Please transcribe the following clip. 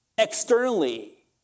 Externally